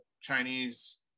Chinese